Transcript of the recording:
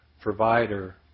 provider